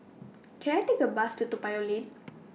Can I Take A Bus to Toa Payoh Lane